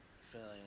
feeling